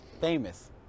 famous